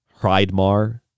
Hrydmar